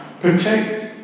protect